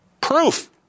proof